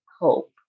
hope